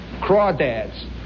Crawdads